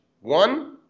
one